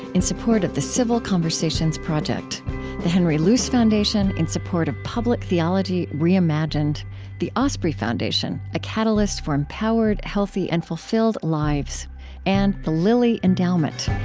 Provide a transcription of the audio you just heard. in support of the civil conversations project the henry luce foundation, in support of public theology reimagined the osprey foundation, a catalyst for empowered, healthy, and fulfilled lives and the lilly endowment,